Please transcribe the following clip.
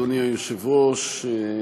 אדוני היושב-ראש,